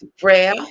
prayer